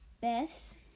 Bess